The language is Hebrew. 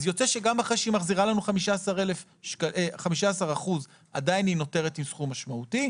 אז יוצא שגם אחרי שהיא מחזירה לנו 15% עדיין היא נותרת עם סכום משמעותי,